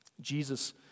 Jesus